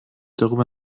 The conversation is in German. darüber